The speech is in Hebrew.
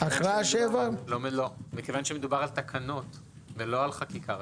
כי מדובר על תקנות ולא על חקיקה ראשית.